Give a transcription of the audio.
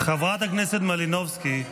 חברת הכנסת יוליה מלינובסקי.